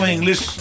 English